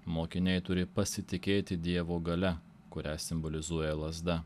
mokiniai turi pasitikėti dievo galia kurią simbolizuoja lazda